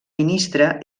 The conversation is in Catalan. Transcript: ministre